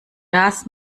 das